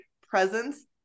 presence